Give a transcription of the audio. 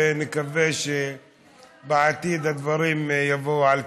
ונקווה שבעתיד הדברים יבואו על תיקונם.